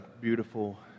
beautiful